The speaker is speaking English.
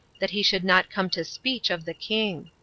that he should not come to speech of the king.